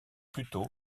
plutôt